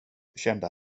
kände